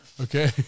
Okay